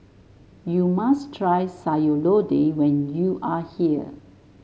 you must try Sayur Lodeh when you are here